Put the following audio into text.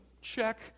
check